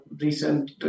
recent